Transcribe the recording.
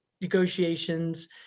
negotiations